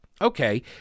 Okay